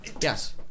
Yes